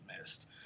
missed